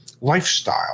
lifestyle